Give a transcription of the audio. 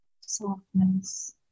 softness